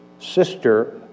sister